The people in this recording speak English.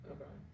Okay